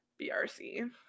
BRC